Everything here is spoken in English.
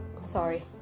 sorry